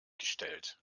gestellt